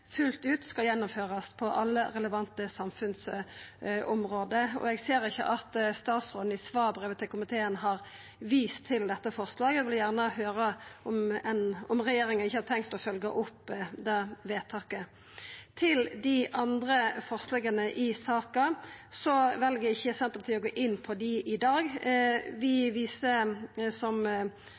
alle relevante samfunnsområde. Eg ser ikkje at statsråden i svarbrevet til komiteen har vist til dette forslaget, og vil gjerne høyra om regjeringa ikkje har tenkt å følgja opp det vedtaket. Når det gjeld dei andre forslaga i saka, vel Senterpartiet ikkje å gå inn for dei i dag. Vi viser til, som